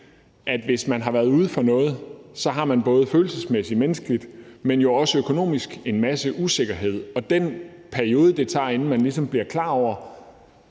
at hvis man har været ude for noget, har man både følelsesmæssigt, menneskeligt, men også økonomisk en masse usikkerhed, og i forbindelse med den periode, det tager, inden man bliver klar over,